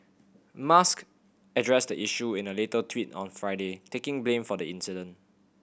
musk addressed the issue in a later tweet on Friday taking blame for the accident